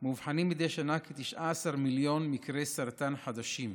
מאובחנים מדי שנה כ-19 מיליון מקרי סרטן חדשים.